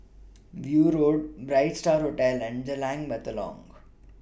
View Road Bright STAR Hotel and Jalan Batalong